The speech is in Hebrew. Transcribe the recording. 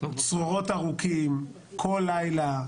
ארוכים כל לילה,